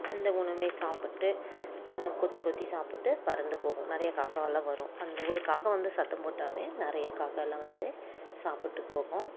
அந்த உணவை சாப்பிட்டு கொத்தி கொத்தி சாப்பிட்டு பறந்து போகும் நிறைய காக்காவெல்லாம் வரும் அந்த ஒரு காக்கை வந்து சத்தம் போட்டாலே நிறைய காக்கலாம் வந்து சாப்பிட்டு போகும்